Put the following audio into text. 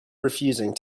refusing